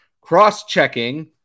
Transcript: cross-checking